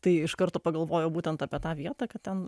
tai iš karto pagalvojau būtent apie tą vietą kad ten